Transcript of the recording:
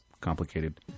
complicated